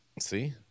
see